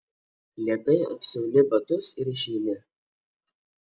lėtai apsiauni batus ir išeini